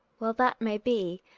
well, that may be.